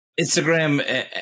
Instagram